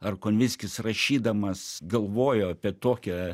ar konvickis rašydamas galvojo apie tokią